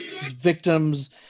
victims